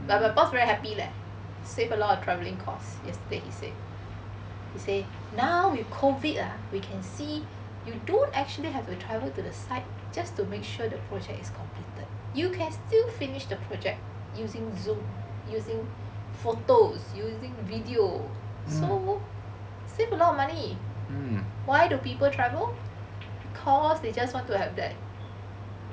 but my boss very happy leh save a lot of travelling costs yesterday he said he say now with COVID ah we can see you don't actually have to travel to the site just to make sure the project is completed you can still finish the project using zoom using photos using video so save a lot of money why do people travel cause they just want to have that